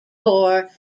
corps